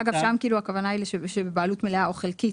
אגב, שם הכוונה שבבעלות מלאה או חלקית.